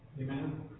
Amen